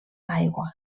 aigua